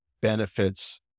benefits